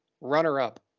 runner-up